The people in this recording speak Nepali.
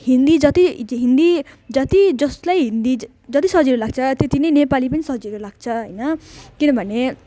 हिन्दी जति हिन्दी जति जसलाई हिन्दी जति सजिलो लाग्छ त्यति नै नेपाली पनि सजिलो लाग्छ होइन किनभने